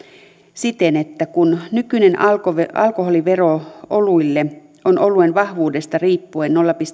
siten että kun nykyinen alkoholivero alkoholivero oluille on oluen vahvuudesta riippuen nolla pilkku